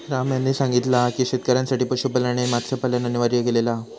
राम यांनी सांगितला हा की शेतकऱ्यांसाठी पशुपालन आणि मत्स्यपालन अनिवार्य केलेला हा